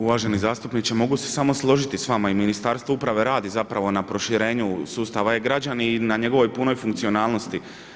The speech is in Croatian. Uvaženi zastupniče, mogu se samo složiti s vama i Ministarstvo uprave radi na proširenju sustava e-građani i na njegovoj punoj funkcionalnosti.